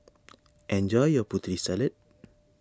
enjoy your Putri Salad